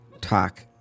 talk